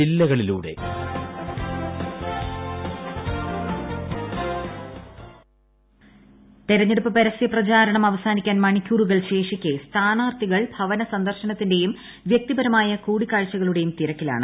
ജില്ലകളിലൂടെ Ernakulam intro തെരഞ്ഞെടുപ്പ് പരസ്യ പ്രചാരണം അവസാനിക്കാൻ മണിക്കൂറുകൾ ശേഷിക്കെ സ്ഥാനാർത്ഥികൾ ഭവന സന്ദർശനത്തിന്റെയും വൃക്തിപരമായ കൂടിക്കാഴ്ചകളുടെയും തിരക്കിലാണ്